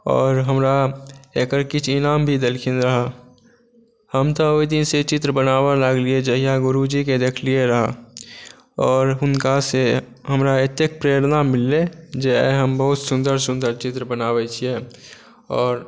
आओर हमरा एकर किछु इनाम भी देलखिन रहय हम तऽ ओहि दिन से चित्र बनाबऽ लागलियै जहिया गुरूजी केँ देखलियै रहय आओर हुनका से हमरा एतेक प्रेरणा मिललै जे आइ हम बहुत सुन्दर सुन्दर चित्र बनाबै छियै आओर